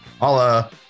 Hola